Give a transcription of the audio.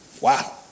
Wow